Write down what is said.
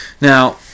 Now